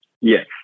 Yes